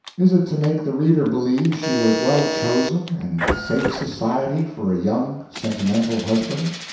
is it to make the reader believe she was well-chosen and safe society for a young, sentimental husband?